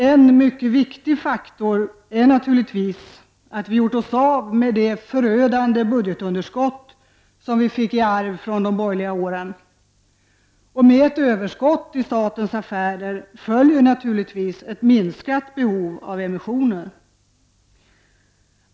En mycket viktig faktor är naturligtvis att vi har gjort oss av med det förödande budgetunderskott som vi fick i arv efter de borgerliga åren. Med ett överskott i statens affärer följer naturligtvis ett minskat behov av emissioner.